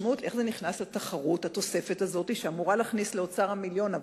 איך התוספת הזאת נכנסת לתחרות שאמורה להכניס לאוצר המיליון?